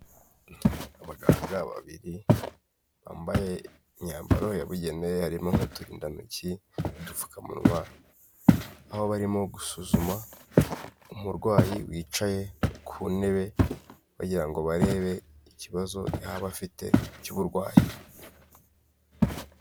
Abaganga babiri bambaye imyambaro yabugenewe harimo nk'uturindantoki n'udupfukamunwa, aho barimo gusuzuma umurwayi wicaye ku ntebe bagira ngo barebe ikibazo yaba afite cy'uburwayi.